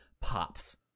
Pops